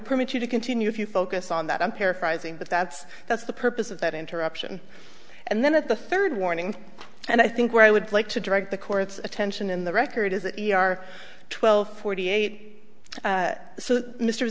permit you to continue if you focus on that i'm paraphrasing but that's that's the purpose of that interruption and then at the third warning and i think where i would like to direct the court's attention in the record is an e r twelve forty eight so mr